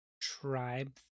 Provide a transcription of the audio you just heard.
tribe